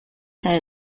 her